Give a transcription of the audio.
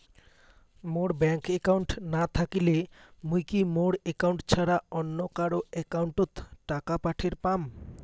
মোর bank account না থাকিলে মুই কি মোর একাউন্ট ছাড়া কারো একাউন্ট অত টাকা পাঠের পাম?